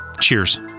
Cheers